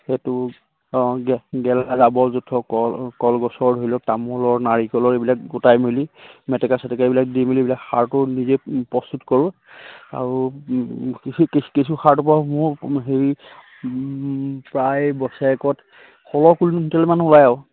সেইটো অ গেল গেলা জাবৰ জোথৰ কল কলগছৰ ধৰি লওক তামোলৰ নাৰিকলৰ এইবিলাক গোটাই মেলি মেটেকা চেটেকা এইবিলাক দি মেলি এইবিলাক সাৰটো নিজে প্ৰস্তুত কৰোঁ আৰু কেঁচ কেঁচু কেঁচু সাৰটো বাৰু মোৰ হেৰি প্ৰায় বছেৰেকত শ কুইণ্টলমান ওলায় আৰু